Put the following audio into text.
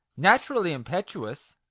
naturally impetuous,